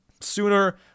sooner